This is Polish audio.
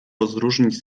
rozróżnić